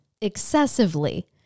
excessively